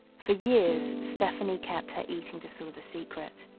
for years, stephanie kept her eating disorder secret